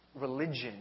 religion